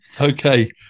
okay